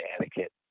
etiquette